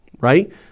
right